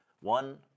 One